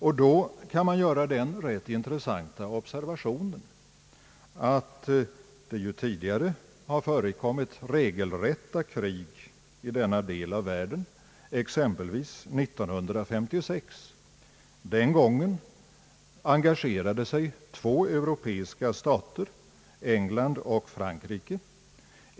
Med den utgångspunkten kan man göra den rätt intressanta observationen att det tidigare har förekommit regelrätta krig i denna del av världen, exempelvis 1956. Den gången engagerade sig två europeiska stater — England och Frankrike.